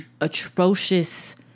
atrocious